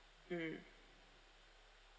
mm